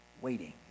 waiting